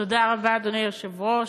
תודה רבה, אדוני היושב-ראש.